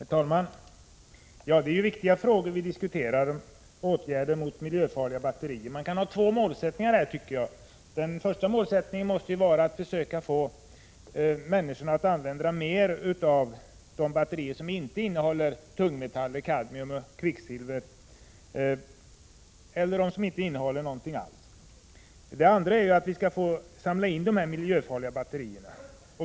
Herr talman! Det är en viktig fråga som vi diskuterar, dvs. de åtgärder som bör vidtas mot miljöfarliga batterier. Här kan man ha två målsättningar. Den första måste vara att försöka förmå människor att använda mer batterier som inte innehåller tungmetallerna kadmium och kvicksilver. Den andra är att vi skall samla in de miljöfarliga batterierna.